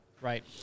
right